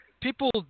people